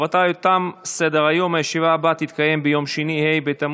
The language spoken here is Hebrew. אני קובע כי הצעת החוק העונשין (תיקון מס' 143 והוראת שעה),